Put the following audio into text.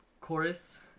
chorus